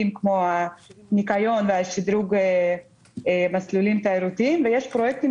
70 מיליון השקלים - מתוך כל הפרויקטים